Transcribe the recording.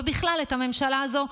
ובכלל את הממשלה הזאת,